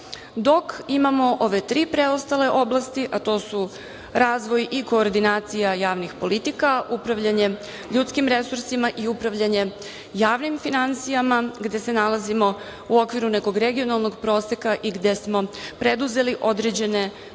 dok imamo ove tri preostale oblasti, a to su razvoj i koordinacija javnih politika, upravljanje ljudskim resursima i upravljanje javnim finansijama gde se nalazimo u okviru nekog regionalnog proseka i gde smo preduzeli određene mere i